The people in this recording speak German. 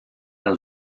der